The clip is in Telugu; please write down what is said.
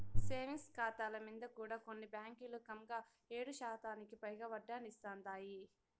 సేవింగ్స్ కాతాల మింద కూడా కొన్ని బాంకీలు కంగా ఏడుశాతానికి పైగా ఒడ్డనిస్తాందాయి